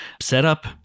setup